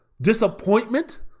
disappointment